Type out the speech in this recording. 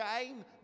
game